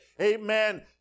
amen